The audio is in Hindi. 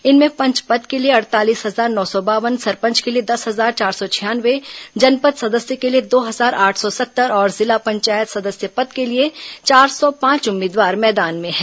इनमें पंच पद के लिए अड़तालीस हजार नौ सौ बावन सरपंच के लिए दस हजार चार सौ छियानवे जनपद सदस्य के लिए दो हजार आठ सौ सत्तर और जिला पंचायत सदस्य पद के लिए चार सौ पांच उम्मीदवार मैदान में हैं